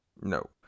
No